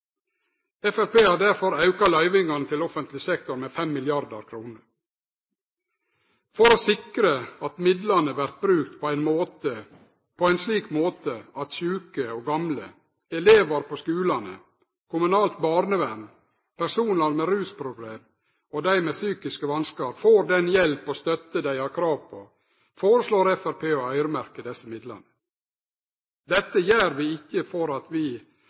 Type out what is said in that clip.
Framstegspartiet har derfor auka løyvingane til offentleg sektor med 5 mrd. kr. For å sikre at midlane vert brukte på ein slik måte at sjuke og gamle, elevar på skulane, kommunalt barnevern, personar med rusproblem og dei med psykiske vanskar får den hjelp og støtte dei har krav på, foreslår Framstegspartiet å øyremerkje desse midlane. Dette gjer vi ikkje fordi vi har mistillit til våre lokalpolitikarar, men vi ser at